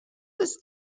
this